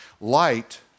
Light